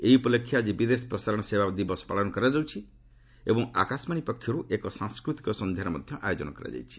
ଏହି ଉପଲକ୍ଷେ ଆଜି ବିଦେଶ ପ୍ରସାରଣ ସେବା ଦିବସ ପାଳନ କରାଯାଉଛି ଏବଂ ଆକାଶବାଣୀ ପକ୍ଷରୁ ଏକ ସାଂସ୍କୃତିକ ସନ୍ଧ୍ୟାର ମଧ୍ୟ ଆୟୋଜନ କରାଯାଇଛି